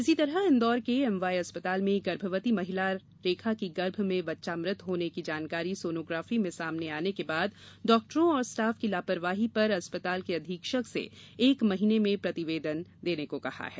इसी तरह इन्दौर के एमवाय अस्पताल में गर्भवती महिला रेखा की गर्भ में बच्चा मृत होने की जानकारी सोनोग्राफी में सामाने आने के बाद डॉक्टरों व स्टाफ की लापरवाही पर अस्पताल के अधीक्षक से एक माह में प्रतिवेदन मांगा गया है